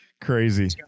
Crazy